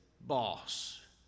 boss